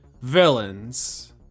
villains